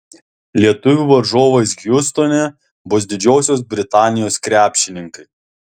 lietuvių varžovais hjustone bus didžiosios britanijos krepšininkai